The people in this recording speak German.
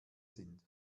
sind